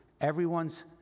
everyone's